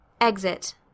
EXIT